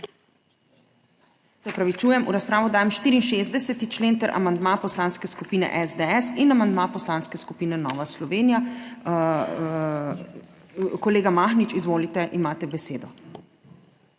razpravo. V razpravo dajem 64. člen ter amandma Poslanske skupine SDS in amandma Poslanske skupine Nova Slovenija. Kolega Mahnič, izvolite, imate besedo.